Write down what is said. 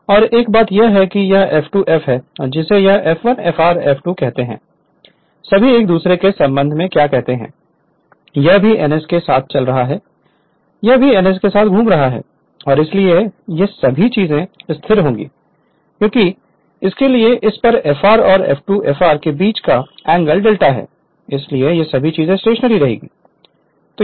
और एक बात यह है कि यह F2 F है जिसे यह F1 Fr F2 कहते हैं सभी एक दूसरे के संबंध में क्या कहते हैं यह भी ns के साथ चल रहा है यह भी ns के साथ घूम रहा है और इसलिए ये सभी चीजें स्थिर होंगी क्योंकि इसलिए इस पर Fr और F2 Fr के बीच का एंगल डेल्टा है इसलिए ये सभी चीजें स्टेशनरी रहेंगी